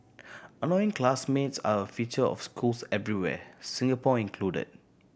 annoying classmates are a feature of schools everywhere Singapore included